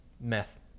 Meth